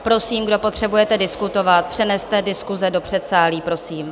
Prosím, kdo potřebujete diskutovat, přeneste diskuse do předsálí, prosím.